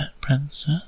princess